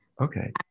Okay